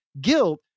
guilt